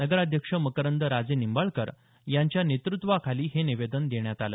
नगराध्यक्ष मकरंद राजेनिंबाळकर यांच्या नेतृत्वाखाली हे निवेदन देण्यात आलं